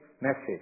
message